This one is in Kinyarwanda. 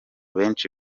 benshi